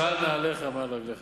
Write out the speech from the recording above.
של נעליך מעל רגליך.